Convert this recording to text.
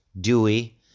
Dewey